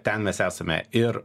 ten mes esame ir